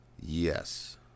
Yes